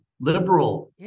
liberal